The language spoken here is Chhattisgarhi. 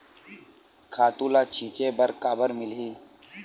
खातु ल छिंचे बर काबर मिलही?